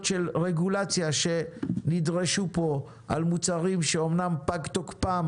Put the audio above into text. של רגולציה שנדרשו פה על מוצרים שאומנם פג תוקפם,